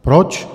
Proč?